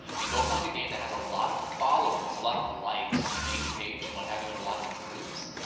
and go find a game that has a lot of followers, a lot of likes on the main page and what have you, and a lot of groups,